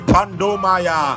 Pandomaya